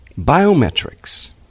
biometrics